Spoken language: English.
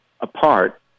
apart